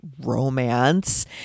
romance